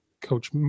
Coach